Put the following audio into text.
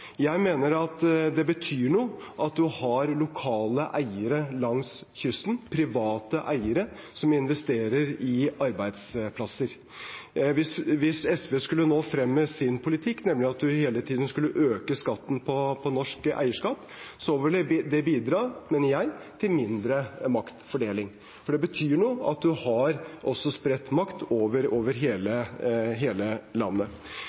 Jeg mener at det betyr noe at man har lokale eiere langs kysten, private eiere som investerer i arbeidsplasser. Hvis SV skulle nå frem med sin politikk, nemlig at man hele tiden skulle øke skatten på norsk eierskap, ville det – mener jeg – bidra til mindre maktfordeling. For det betyr noe at man også har spredt makt over hele landet. Så er jeg av den oppfatning at det som over